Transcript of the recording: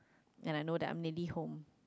and I know that I'm nearly home